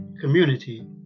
community